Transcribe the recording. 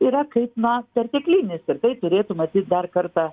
yra kaip na perteklinis ir tai turėtų matyt dar kartą